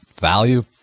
value